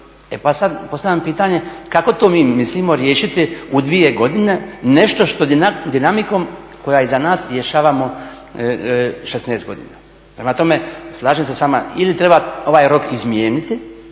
E pa sad postavljam pitanje kako to mi mislimo riješiti u dvije godine, nešto što dinamikom koja je iza nas rješavamo 16 godina? Prema tome, slažem se s vama ili treba ovaj rok izmijeniti